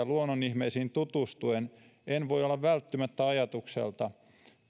luonnon ihmeisiin tutustuen en voi olla välttymättä ajatukselta